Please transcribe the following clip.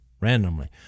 randomly